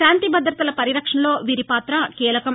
శాంతిభదతల పరిరక్షణలో వీరి పాత కీలకం